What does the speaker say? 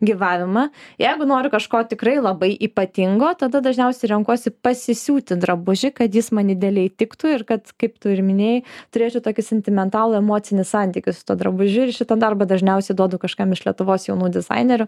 gyvavimą jeigu noriu kažko tikrai labai ypatingo tada dažniausiai renkuosi pasisiūti drabužį kad jis man idealiai tiktų ir kad kaip tu ir minėjai turėčiau tokį sentimentalų emocinį santykį su tuo drabužiu ir šitą darbą dažniausiai duodu kažkam iš lietuvos jaunų dizainerių